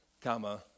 comma